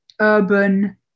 urban